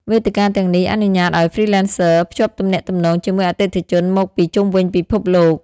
វេទិកាទាំងនេះអនុញ្ញាតឱ្យ Freelancers ភ្ជាប់ទំនាក់ទំនងជាមួយអតិថិជនមកពីជុំវិញពិភពលោក។